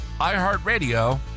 iHeartRadio